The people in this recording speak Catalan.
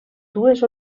dues